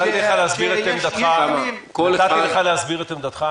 נתתי לך להסביר את עמדתך,